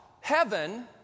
heaven